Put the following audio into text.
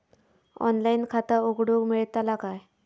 Online खाता उघडूक मेलतला काय?